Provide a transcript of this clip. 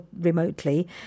remotely